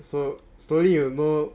so slowly you know